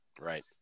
Right